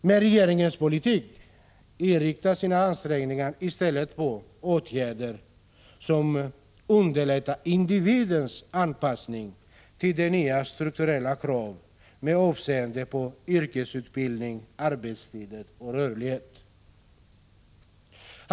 Men regeringens politik inriktar i stället sina ansträngningar på åtgärder som underlättar individens anpassning till nya strukturella krav på yrkesutbildning, arbetstider och rörlighet.